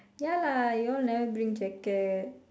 ya lah y'all never bring jacket